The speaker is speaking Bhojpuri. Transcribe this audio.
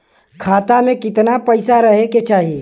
खाता में कितना पैसा रहे के चाही?